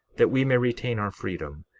that we may retain our freedom,